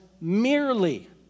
merely